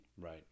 right